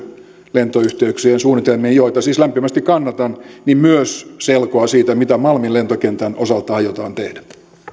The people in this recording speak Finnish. lentoyhteyksien suunnitelmista joita siis lämpimästi kannatan myös siitä mitä malmin lentokentän osalta aiotaan tehdä